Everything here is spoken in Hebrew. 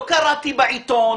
לא קראתי בעיתון,